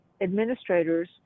administrators